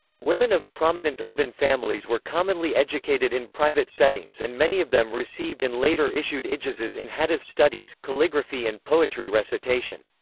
women of prominent urban families were commonly educated in private settings and many of them received and later issued ijazas in hadith studies, calligraphy and poetry recitation.